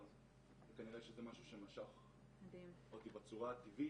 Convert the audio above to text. וכנראה שזה משהו שמשך אותי בצורה הטבעית.